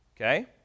Okay